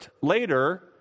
later